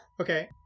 Okay